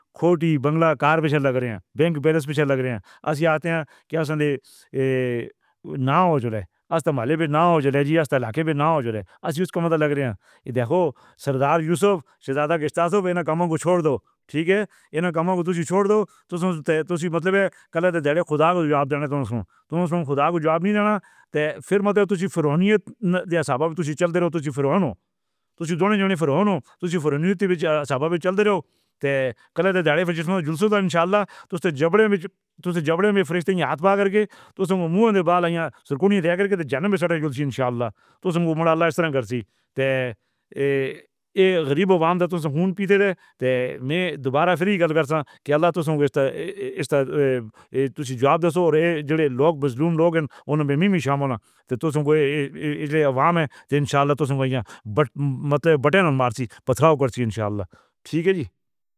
کھوٹی، بنگلا، کار پے چھل لگ رہے ہیں۔ بینک بیلنس وی چھوڑ لگ رہے ہیں۔ اس یاد تھے کہ اس دے ای نہ ہو جاوے۔ اس تو مالی وی نہ ہو جاوے۔ عزیز استال کے وی نہ ہو جاوو رے۔ اسی اُس کم دا لگ رہے ہیں۔ دیکھو سردار یوسف، شہزادہ کش تا سب اینہ کمّوں کو چھوڑ دو۔ ٹھیک ہے، انہ کمّوں کو تسی چھوڑ دو۔ تُس تُسی مطلب کل۔ تیرے خدا کو جواب دےݨ تو خدا خدا کو جواب نہیں دینا۔ تے پھر تسی فرمانیے صاحب، تُس چل دے رہے ہو، تُجھے فرماؤ تو دونوں فرماؤ تو فرمانے وچ صاحب چل دے رہے ہو تے کل۔ تیرے دل سے تو انشاءاللہ تُس زبردستی زبردستی فرشتے۔ یاد باہر کے تو سنگ منہ بال ہیا۔ سر کو نہیں لگا کر کے تو جنم سے انشاءاللہ تو اللہ کر سی رہے۔ غریب عوام تو خون پیتے رہے تے میں دوبارہ پھر ایہی کراں کہ اللہ تو ایسا ای جو اب دیکھو تے جو لوگ مزدوراں دے تجربے وچ شامل ہیں تو اُس وچ عوام ہے۔ انشاءاللہ تو مجموع دا مطلب بیٹھے رہو۔ ماکسی پتھراو کرن۔ انشاءاللہ۔ ٹھیک ہے جی۔